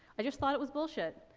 i just thought it was bullshit,